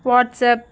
WhatsApp